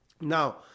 Now